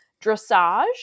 dressage